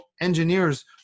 engineers